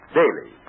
daily